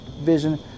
Vision